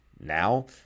now